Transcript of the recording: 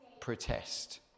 protest